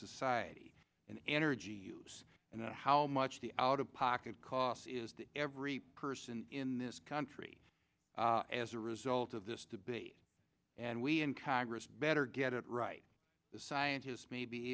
society in energy use and how much the out of pocket costs is to every person in this country as a result of this debate and we in congress better get it right the scientists may be